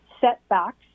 setbacks